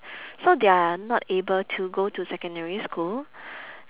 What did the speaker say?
so they are not able to go to secondary school